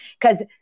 because-